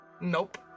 Nope